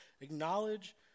Acknowledge